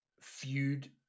feud